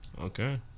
Okay